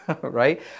right